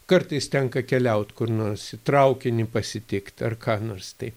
kartais tenka keliaut kur nors į traukinį pasitikt ar ką nors tai